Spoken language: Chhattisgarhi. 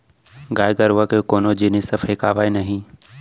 गाय गरूवा के कोनो जिनिस ह फेकावय नही